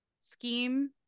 scheme